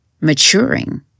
maturing